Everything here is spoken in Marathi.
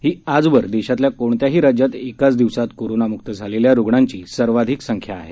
ही आजवर देशातल्या कोणत्याही राज्यात एकाच दिवसात करोनामुक्त झालेल्या रुग्णांची सर्वाधिक संख्या आहे